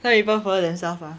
some people follow themselves ah